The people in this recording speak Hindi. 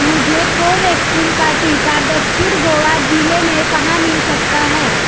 मुझे कोवैक्सीन का टीका दक्षिण गोवा ज़िले में कहाँ मिल सकता है